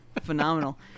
phenomenal